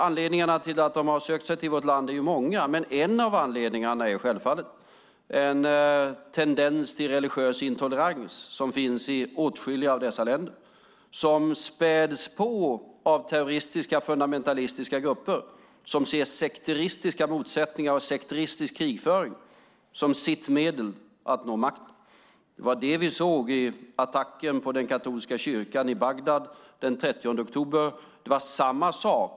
Anledningarna till att de har sökt sig till vårt land är många, men en av dem är självfallet den tendens till religiös intolerans som finns i åtskilliga av dessa länder. Denna tendens späds på av terroristiska och fundamentalistiska grupper som ser sekteristiska motsättningar och sekteristisk krigföring som sitt medel att nå makten. Det var det vi såg i attacken på den katolska kyrkan i Bagdad den 30 oktober. Det var samma sak.